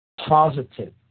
positive